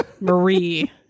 Marie